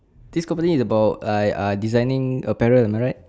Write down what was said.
this company is about like ah designing apparel am I right